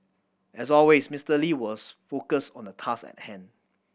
as always Mister Lee was focused on the task at hand